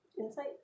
Insight